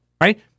right